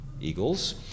Eagles